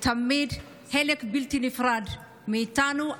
שהיא תמיד חלק בלתי נפרד מאיתנו,